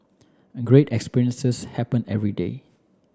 great experiences happen every day